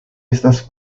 estas